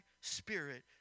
spirit